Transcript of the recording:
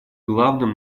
главным